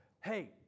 Hey